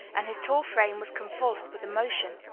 and his tall frame was convulsed with emotion.